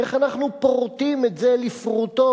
איך אנחנו פורטים את זה לפרוטות